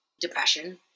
depression